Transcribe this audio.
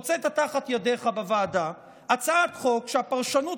הוצאת תחת ידיך בוועדה הצעת חוק שהפרשנות